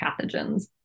pathogens